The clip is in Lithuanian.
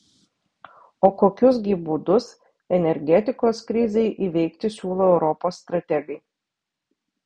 o kokius gi būdus energetikos krizei įveikti siūlo europos strategai